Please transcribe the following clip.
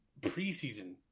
preseason